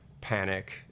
panic